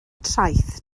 traeth